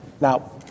Now